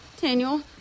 Daniel